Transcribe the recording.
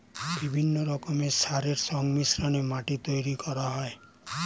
বিভিন্ন রকমের সারের সংমিশ্রণে মাটি তৈরি করা হয়